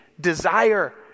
desire